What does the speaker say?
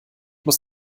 muss